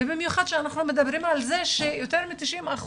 ובמיוחד שאנחנו מדברים על זה שביותר מ-90%